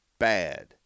Bad